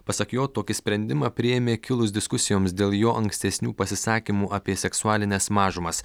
pasak jo tokį sprendimą priėmė kilus diskusijoms dėl jo ankstesnių pasisakymų apie seksualines mažumas